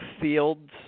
fields